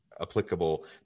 applicable